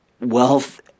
wealth